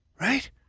Right